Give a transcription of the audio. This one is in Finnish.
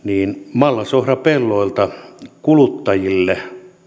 mallasohrapelloilta kuluttajien